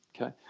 okay